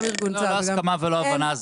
גם ארגון --- זה לא הסכמה ולא הבנה.